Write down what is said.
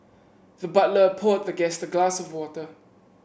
the butler poured the guest a glass of water